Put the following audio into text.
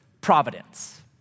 providence